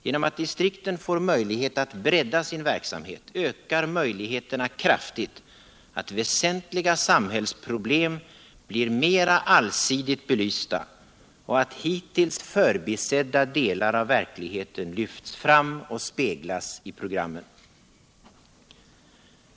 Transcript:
Genom att distrikten får möjlighet att bredda sin verksamhet ökar möjligheterna kraftigt att väsentliga samhällsproblem blir mer allsidigt belysta och att hittills förbisedda delar av verkligheten lyfts fram och speglas i programmen.